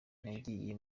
nagiye